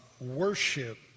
worship